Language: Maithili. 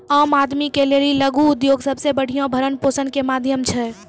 आम आदमी के लेली लघु उद्योग सबसे बढ़िया भरण पोषण के माध्यम छै